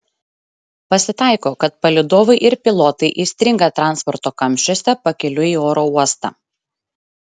pasitaiko kad palydovai ir pilotai įstringa transporto kamščiuose pakeliui į oro uostą